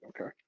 Okay